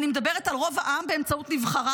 אני מדברת על רוב העם באמצעות נבחריו,